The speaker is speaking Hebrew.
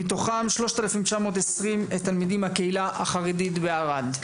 מתוכם 3,920 תלמידים מהקהילה החרדית בערד,